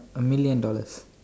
a million dollars